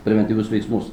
preventyvius veiksmus